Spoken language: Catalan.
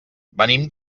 venim